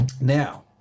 now